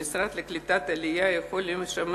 המשרד לקליטת העלייה יכול לשמש